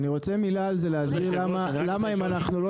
אני רוצה מילה על זה להסביר למה אם אנחנו לא